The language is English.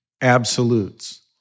absolutes